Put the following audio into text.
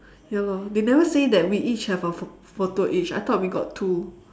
ya lah they never say that we each have a pho~ photo each I thought we got two